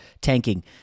tanking